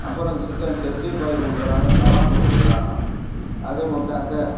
அப்புறம் chicken sixty five கொடுக்குறாங்க கவாப்பு கொடுக்குறாங்க அதுவும் விட்டாக்க